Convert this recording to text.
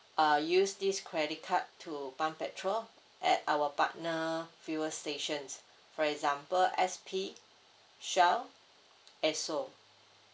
uh use this credit card to pump petrol at our partner fewer stations for example S_P Shell Esso